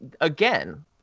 again